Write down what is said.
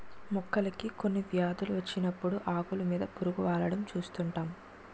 మొక్కలకి కొన్ని వ్యాధులు వచ్చినప్పుడు ఆకులు మీద పురుగు వాలడం చూస్తుంటాం